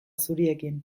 zuriekin